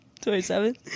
27